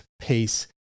pace